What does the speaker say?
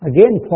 Again